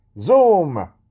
Zoom